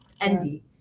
Envy